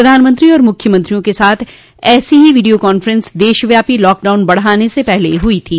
प्रधानमंत्री और मुख्यमंत्रियों के साथ ऐसी हो वीडियो कांफ्रेंस देशव्यापी लॉकडाउन बढाने से पहले हुई थी